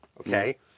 okay